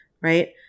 Right